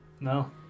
No